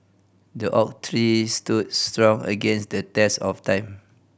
the oak tree stood strong against the test of time